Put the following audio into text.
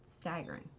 staggering